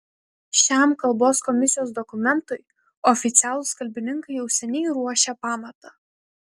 šiam kalbos komisijos dokumentui oficialūs kalbininkai jau seniai ruošė pamatą